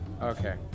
Okay